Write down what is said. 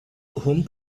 home